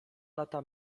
lata